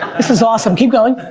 this is awesome, keep going.